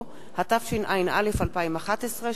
התשע”א 2011,